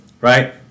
right